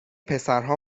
پسرها